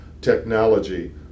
technology